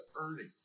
earning